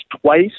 twice